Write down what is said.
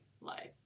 life